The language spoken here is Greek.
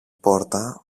πόρτα